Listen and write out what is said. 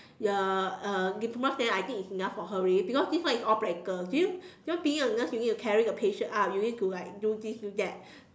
you are uh diploma is enough for her already because this one is all practical do do you being a nurse you need to carry the patient up you need to like do this do that